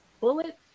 bullet